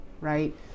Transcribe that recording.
right